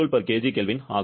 K ஆகும்